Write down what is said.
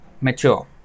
mature